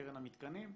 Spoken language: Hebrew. קרן המתקנים,